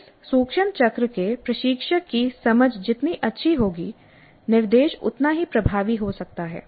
इस सूक्ष्म चक्र के प्रशिक्षक की समझ जितनी अच्छी होगी निर्देश उतना ही प्रभावी हो सकता है